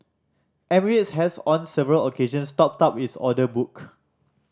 emirates has on several occasions topped up its order book